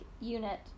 unit